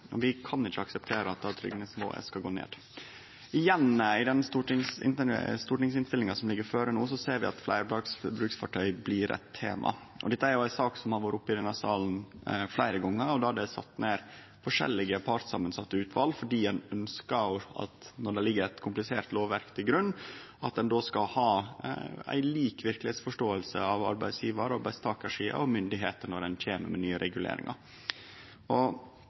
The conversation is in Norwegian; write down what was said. arbeidsperiode. Vi kan ikkje akseptere at tryggingsnivået skal gå ned. I den stortingsinnstillinga som ligg føre no, ser vi at fleirbruksfartøy blir eit tema. Dette er ei sak som har vore oppe i denne salen fleire gonger, og det har vore sett ned forskjellige partssamansette utval fordi ein, når det ligg eit komplisert lovverk til grunn, ønskte at ein skal ha ei lik verkelegheitsforståing på arbeidsgjevar- og arbeidstakarsida og blant myndigheitene når ein kjem med nye reguleringar. Det er jo ei viktig berebjelke i norsk arbeidsliv og